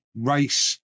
race